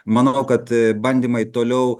manau kad bandymai toliau